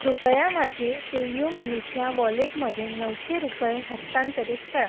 कृपया माझे पेयु मनीच्या वॉलेटमध्ये नऊशे रुपये हस्तांतरित करा